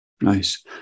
Nice